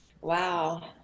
Wow